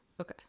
Okay